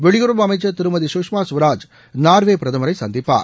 வெளியுறவு அமைச்சர் திருமதி சுஷ்மா ஸ்வராஜ் நார்வே பிரதமரை சந்திப்பார்